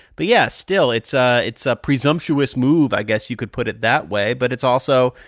but, yeah, still, it's ah it's a presumptuous move i guess you could put it that way. but it's also,